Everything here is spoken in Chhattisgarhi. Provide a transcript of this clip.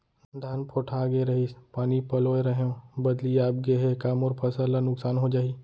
धान पोठागे रहीस, पानी पलोय रहेंव, बदली आप गे हे, का मोर फसल ल नुकसान हो जाही?